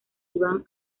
iban